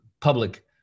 public